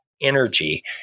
energy